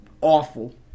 Awful